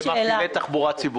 זה לכל מרכיבי התחבורה הציבורית?